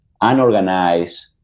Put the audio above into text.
unorganized